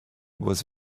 was